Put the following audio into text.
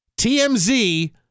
TMZ